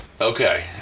Okay